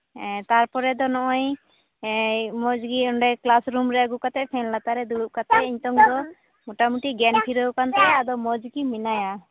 ᱦᱮᱸ ᱛᱟᱨᱯᱚᱨᱮ ᱫᱚ ᱱᱚᱜᱼᱚᱭ ᱢᱚᱡᱽᱜᱮ ᱚᱸᱰᱮ ᱠᱞᱟᱥ ᱨᱩᱢ ᱨᱮ ᱟᱹᱜᱩ ᱠᱟᱛᱮᱫ ᱯᱷᱮᱱ ᱞᱟᱛᱟᱨᱮ ᱫᱩᱲᱩᱵ ᱠᱟᱛᱮ ᱱᱤᱛᱳᱝ ᱫᱚ ᱢᱚᱴᱟᱢᱩᱴᱤ ᱜᱮᱭᱟᱱ ᱯᱷᱤᱨᱟᱹᱣ ᱟᱠᱟᱱ ᱛᱟᱭᱟ ᱟᱫᱚ ᱢᱚᱡᱽᱜᱮ ᱢᱮᱱᱟᱭᱟ